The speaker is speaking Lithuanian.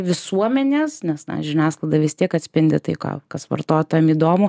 visuomenės nes žiniasklaida vis tiek atspindi tai ką kas vartotojam įdomu